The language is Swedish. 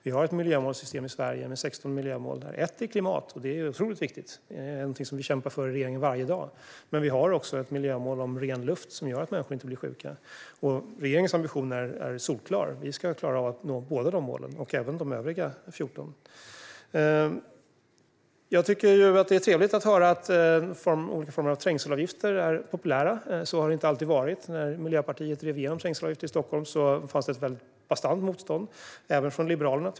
Vi har ett miljömålssystem i Sverige med 16 miljömål. Ett är klimatmålet, vilket är otroligt viktigt. Det är något som regeringen kämpar för varje dag. Men vi har också ett miljömål om ren luft för att människor inte ska bli sjuka. Regeringens ambition är solklar. Vi ska klara av att nå båda dessa mål och även övriga 14. Det är trevligt att höra att olika former av trängselavgifter är populära. Så har det inte alltid varit. När Miljöpartiet drev igenom trängselavgifterna i Stockholm fanns ett bastant motstånd, tyvärr även från Liberalerna.